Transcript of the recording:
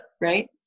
right